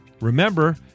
remember